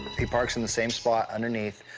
he parks in the same spot underneath.